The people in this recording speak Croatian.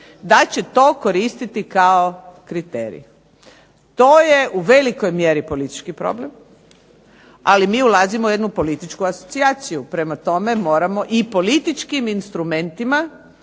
da će to koristit kao kriterij. To je u velikoj mjeri politički problem, ali mi ulazimo u jednu političku asocijaciju, prema tome moramo i političkim instrumentima